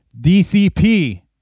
DCP